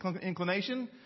inclination